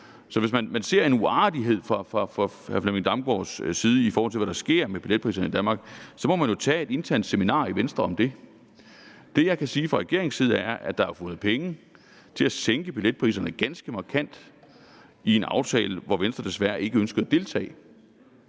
ser det som en uartighed, i forhold til hvad der sker med billetpriserne i Danmark, må man jo tage et internt seminar i Venstre om det. Det, jeg kan sige fra regeringens side, er, at der er fundet penge til at sænke billetpriserne ganske markant i forbindelse med en aftale, som Venstre desværre ikke ønskede at deltage